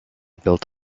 built